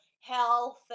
health